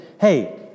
Hey